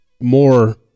more